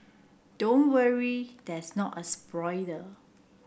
don't worry that's not a spoiler